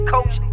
Coach